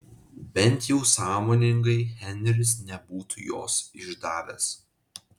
bent jau sąmoningai henris nebūtų jos išdavęs